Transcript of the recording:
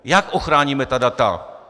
Jak ochráníme data?